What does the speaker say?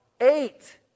Eight